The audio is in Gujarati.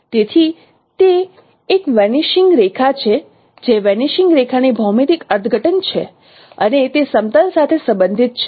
તેથી તે એક વેનીશિંગ રેખા છે જે વેનીશિંગ રેખાની ભૌમિતિક અર્થઘટન છે અને તે સમતલ સાથે સંબંધિત છે